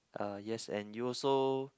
uh yes and you also